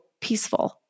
peaceful